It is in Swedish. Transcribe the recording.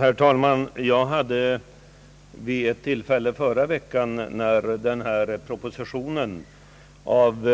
Herr talman! Jag hade vid ett tillfälle förra veckan, när denna proposition av